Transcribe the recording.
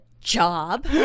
job